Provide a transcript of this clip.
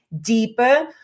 deeper